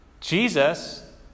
Jesus